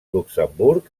luxemburg